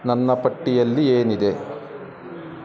ನನ್ನ ಪಟ್ಟಿಯಲ್ಲಿ ಏನಿದೆ